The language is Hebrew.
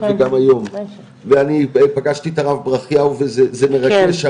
וגם היום ואני פגשתי את הרב ברכיהו וזה מרגש,